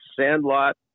Sandlot